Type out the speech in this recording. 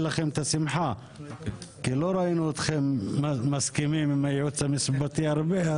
לכם את השמחה כי לא ראינו אתכם מסכימים עם הייעוץ המשפטי הרבה.